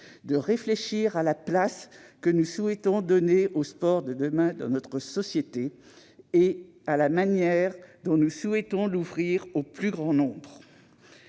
de réfléchir à la place que nous souhaitons donner au sport de demain dans notre société et à la manière dont nous souhaitons l'ouvrir au plus grand nombre.